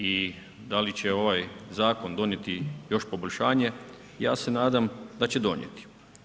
I da li će ovaj zakon donijeti još poboljšanje, ja se nadam da će donijeti.